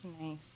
Nice